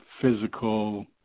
physical